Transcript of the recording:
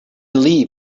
leave